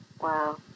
Wow